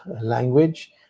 language